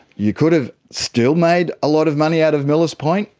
you could've still made a lot of money out of millers point.